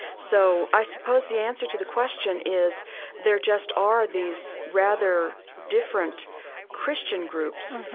so i suppose the answer to the question is there just are these rather different christian groups,